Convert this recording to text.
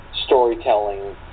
storytelling